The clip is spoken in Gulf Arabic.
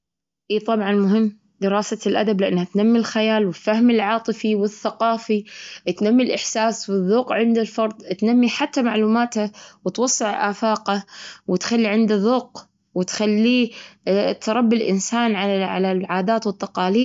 لا، طبعا، مهمة. لازم نتعلم من الماضي، والتاريخ يساعدنا على فهم تطور العالم. ونحن نتجنب أخطاء السابقة، وما ندري شلون الإنسان قدر يتكيف مع هذا الوضع بكل العصور السابقة!